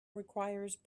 requires